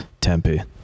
Tempe